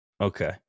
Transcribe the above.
Okay